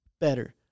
better